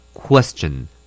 Question